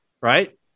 right